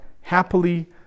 happily